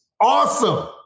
awesome